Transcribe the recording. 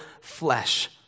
flesh